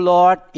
Lord